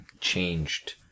changed